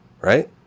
right